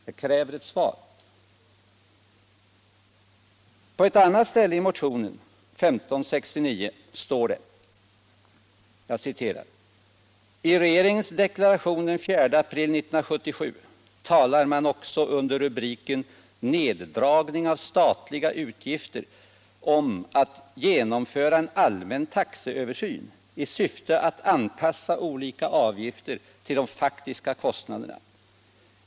Jag kräver ett svar. På ett annat ställe i motionen 1569 står det: ”I regeringens deklaration den 4 april 1977 talar man också under rubriken ”Neddragning av statliga utgifter om att genomföra en allmän taxeöversyn i syfte att anpassa olika avgifter till de faktiska kostnaderna.